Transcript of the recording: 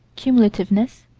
cumulativeness,